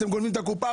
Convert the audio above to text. אתם גונבים את הקופה,